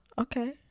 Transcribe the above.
okay